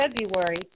February